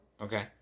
Okay